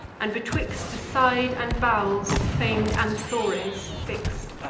and betwixt the side and bowels fam'd anthores fix'd.